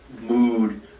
mood